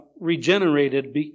regenerated